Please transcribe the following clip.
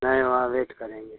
नहीं वहाँ वेट करेंगे